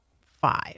five